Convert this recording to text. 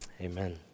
amen